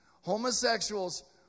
Homosexuals